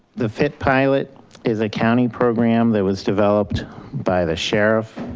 the fit pilot is a county program that was developed by the sheriff,